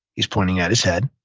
he's pointing at his head,